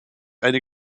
eine